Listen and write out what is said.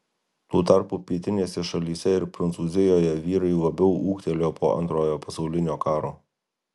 tuo tarpu pietinėse šalyse ir prancūzijoje vyrai labiau ūgtelėjo po antrojo pasaulinio karo